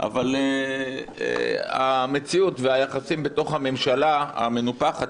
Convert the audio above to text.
אבל המציאות והיחסים בתוך הממשלה המנופחת,